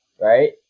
right